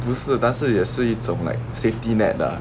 不是但是也是一种 like safety net 吧